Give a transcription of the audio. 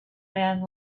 man